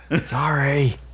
sorry